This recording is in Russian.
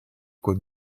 кот